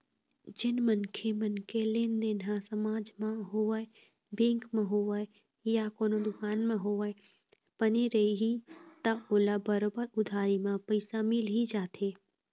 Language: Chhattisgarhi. जेन मनखे मन के लेनदेन ह समाज म होवय, बेंक म होवय या कोनो दुकान म होवय, बने रइही त ओला बरोबर उधारी म पइसा मिल ही जाथे